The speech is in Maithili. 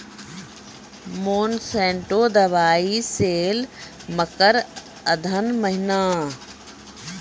मोनसेंटो दवाई सेल मकर अघन महीना,